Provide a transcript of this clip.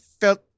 felt